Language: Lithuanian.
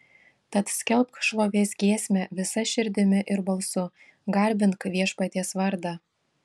tad skelbk šlovės giesmę visa širdimi ir balsu garbink viešpaties vardą